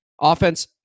Offense